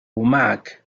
معك